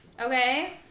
Okay